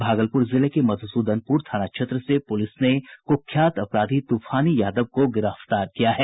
भागलपुर जिले के मधुसूदनपुर थाना क्षेत्र से पुलिस ने कुख्यात अपराधी तूफानी यादव को गिरफ्तार किया है